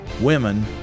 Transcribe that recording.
women